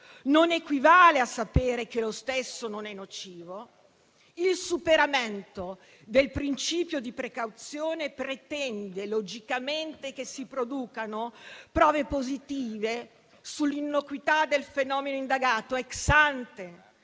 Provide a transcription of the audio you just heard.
non equivale a sapere che lo stesso non è nocivo, il superamento del principio di precauzione pretende logicamente che si producano prove positive sull'innocuità del fenomeno indagato *ex ante*,